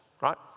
right